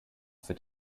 für